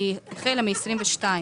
היא החלה ב-22',